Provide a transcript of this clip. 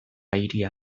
hiria